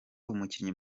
umukinnyi